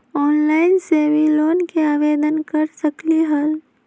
Online से भी loan के आवेदन कर सकलीहल?